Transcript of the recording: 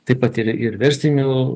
taip pat ir verslinių